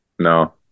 No